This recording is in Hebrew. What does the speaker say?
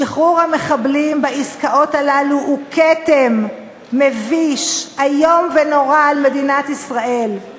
שחרור המחבלים בעסקאות האלה הוא כתם מביש איום ונורא על מדינת ישראל,